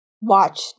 watch